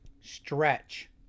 stretch